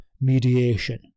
mediation